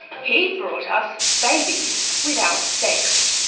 he brought us babies without sex.